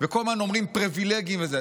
וכל הזמן אומרים פריבילגים וכו'.